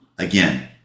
Again